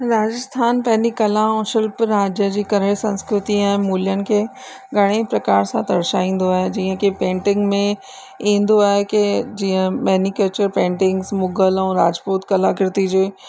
राजस्थान पंहिंजी कला ऐं शिल्प राज्य जे करे संस्कृती ऐं मूल्यनि खे घणेई प्रकार सां दर्शाईंदो आहे जीअं की पेंटिंग में ईंदो आहे की जीअं मेनीकेचर पेंन्टिग्स मुगल ऐं राजपूत कलाकृती जी